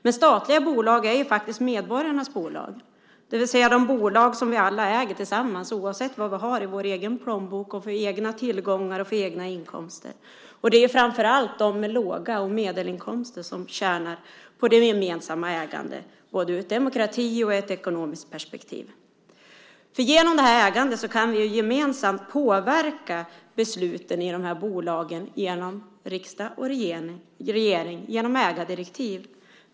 Men statliga bolag är faktiskt medborgarnas bolag, det vill säga bolag som vi alla äger tillsammans oavsett vad vi har i vår egen plånbok och oavsett vilka egna tillgångar och inkomster vi har. Det är framför allt de med låga inkomster och medelinkomster som tjänar på det gemensamma ägandet, både ur ett demokratiskt och ur ett ekonomiskt perspektiv. Genom det här ägandet kan vi gemensamt påverka besluten i de här bolagen genom ägardirektiv från riksdag och regering.